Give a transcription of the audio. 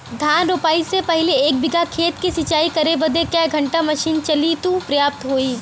धान रोपाई से पहिले एक बिघा खेत के सिंचाई करे बदे क घंटा मशीन चली तू पर्याप्त होई?